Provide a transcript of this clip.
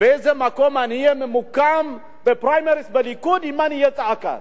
באיזה מקום אני אהיה ממוקם בפריימריס בליכוד אם אני אהיה צעקן.